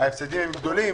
ההפסדים גדולים.